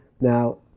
Now